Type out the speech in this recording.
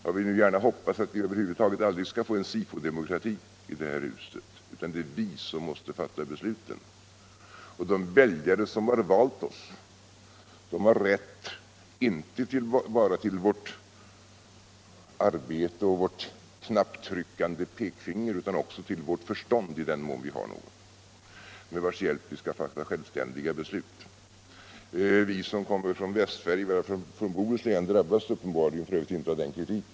Jag vill nu gärna hoppas att vi över huvud taget aldrig skall få en SIFO-demokrati i det här huset; det är vi som måste fatta besluten. De väljare som har valt oss har rätt inte bara till vårt arbete och vårt knapptryckande pekfinger utan också till vårt förstånd, i den mån vi har något, med vars hjälp vi skall fatta självständiga beslut. Vi som kommer från Västsverige — i varje fall från Bohus län — drabbas f. ö. uppenbarligen inte av denna kritik.